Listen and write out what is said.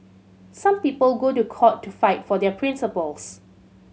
some people go to court to fight for their principles